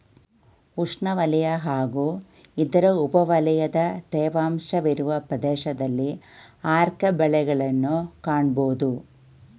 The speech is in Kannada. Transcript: ಉಷ್ಣವಲಯ ಹಾಗೂ ಇದರ ಉಪವಲಯದ ತೇವಾಂಶವಿರುವ ಪ್ರದೇಶದಲ್ಲಿ ಆರ್ಕ ಬೆಳೆಗಳನ್ನ್ ಕಾಣ್ಬೋದು